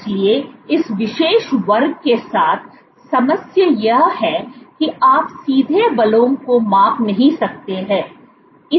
इसलिए इस विशेष प्रयोग के साथ समस्या यह है कि आप सीधे बलों को माप नहीं सकते हैं